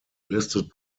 listed